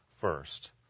first